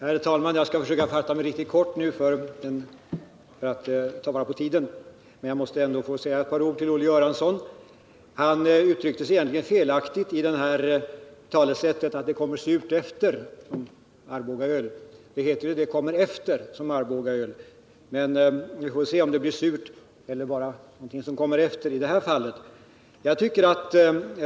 Herr talman! Jag skall försöka fatta mig riktigt kort för att ta vara på tiden, men jag måste få säga ett par ord till Olle Göransson. Han uttryckte sig felaktigt när han sade att talesättet löd att det kommer surt efter som Arbogaöl. Det heter egentligen att det kommer efter som Arbogaöl. Vi får väl se om det som kommer efter i detta fall blir surt eller ej.